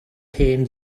hen